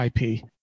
IP